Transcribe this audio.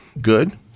good